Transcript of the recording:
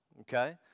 Okay